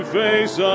face